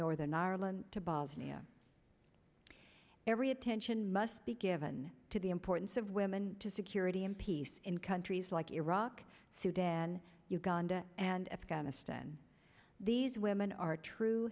northern ireland to bosnia every attention must be given to the importance of women to security and peace in countries like iraq sudan uganda and afghanistan these women are true